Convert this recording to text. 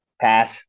Pass